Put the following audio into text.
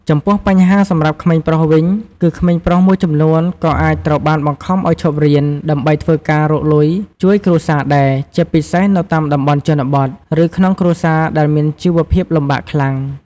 ចំពោះបញ្ហាសម្រាប់ក្មេងប្រុសវិញគឺ ក្មេងប្រុសមួយចំនួនក៏អាចត្រូវបានបង្ខំឱ្យឈប់រៀនដើម្បីធ្វើការរកលុយជួយគ្រួសារដែរ ជាពិសេសនៅតាមតំបន់ជនបទ ឬក្នុងគ្រួសារដែលមានជីវភាពលំបាកខ្លាំង។